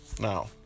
Now